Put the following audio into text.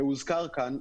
הוזכר כאן,